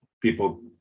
people